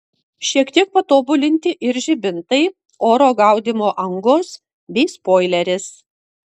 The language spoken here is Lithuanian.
šiek tiek patobulinti ir žibintai oro gaudymo angos bei spoileris